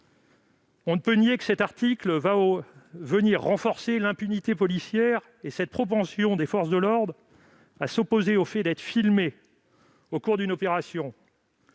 On ne peut nier que cet article renforcera l'impunité policière et cette propension des forces de l'ordre à s'opposer au fait d'être filmées au cours d'une opération.